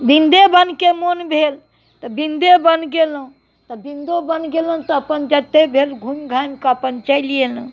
बृन्देवनके मोन भेल तऽ बृन्देवन गेलहुँ तऽ बृन्दोवन गेलहुँ तऽ अपन जतेक भेल घुमि घामिकऽ अपन चलि अएलहुँ